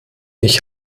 ich